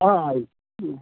ആ ആയി ഉം